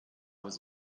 was